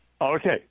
Okay